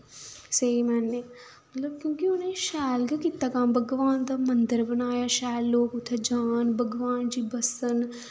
स्हेई मायने मतलब क्योंकि उ'नें शैल गै कीता कम्म भगवान दा मंदर बनाया शैल लोक उत्थैं जान भगवान च बस्सन